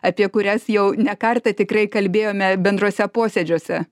apie kurias jau ne kartą tikrai kalbėjome bendruose posėdžiuose